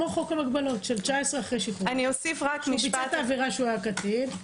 שביצע את העבירה כשהיה קטין.